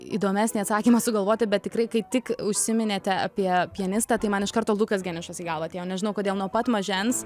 įdomesnį atsakymą sugalvoti bet tikrai kai tik užsiminėte apie pianistą tai man iš karto lukas geniušas į galvą atėjo nežinau kodėl nuo pat mažens